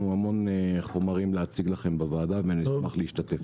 המון חומרים להציג לכם בוועדה ונשמח להשתתף.